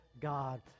God